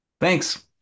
Thanks